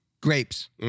Grapes